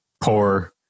poor